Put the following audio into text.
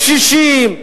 קשישים,